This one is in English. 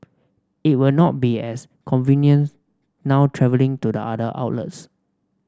it will not be as convenient now travelling to the other outlets